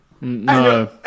No